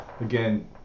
again